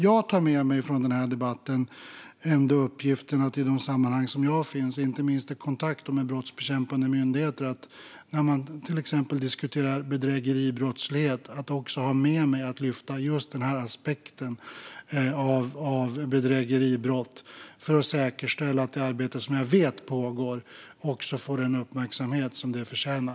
Från debatten tar jag med mig uppgiften att i de sammanhang där jag finns, inte minst i kontakt med brottsbekämpande myndigheter, ha med mig och lyfta just den här aspekten av bedrägeribrott för att säkerställa att det arbete som jag vet pågår också får den uppmärksamhet som det förtjänar.